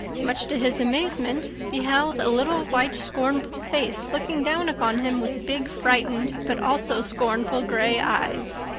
much to his amazement, beheld a little white scornful face looking down upon him with big, frightened but also scornful gray eyes.